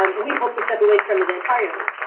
um we hope to step away from it entirely.